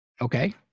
Okay